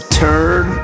turn